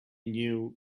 knew